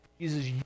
Jesus